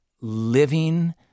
living